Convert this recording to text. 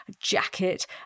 jacket